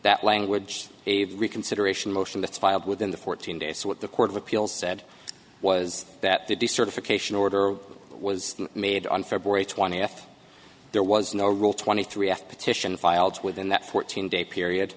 that language a reconsideration motion that's filed within the fourteen days so what the court of appeals said was that the decertification order was made on february twentieth there was no rule twenty three of petition filed within that fourteen day period